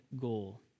goal